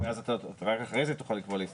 ורק אחרי זה תוכל לקבוע דיון על ההסתייגויות.